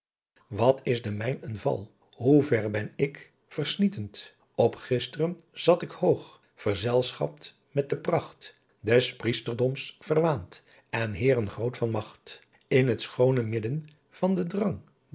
wat is de mijn een val hoe ver ben ik versnietent op gist'ren zat ik hoogh verzelschapt met de pracht des priesterdoms verwaant en heeren groot van maght in t schoone midden van den drang